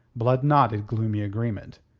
blood nodded gloomy agreement.